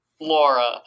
Laura